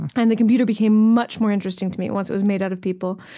and the computer became much more interesting to me, once it was made out of people.